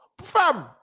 Fam